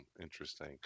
Interesting